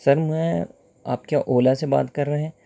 سر میں آپ کیا اولا سے بات کر رہے ہیں